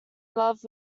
love